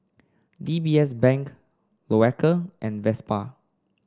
D B S Bank Loacker and Vespa